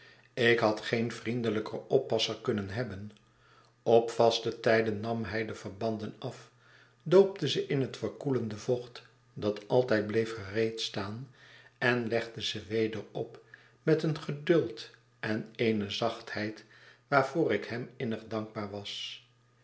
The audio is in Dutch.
ik had geen vriendelijker oppasser kunnen hebben op vaste tijden nam hij de verbanden af doopte ze in het verkoelende vocht dat altijd bleef gereedstaan en legde ze weder op met een geduld en eene zachtheid waarvoor ik hem innig dankbaar was